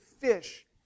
fish